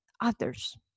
others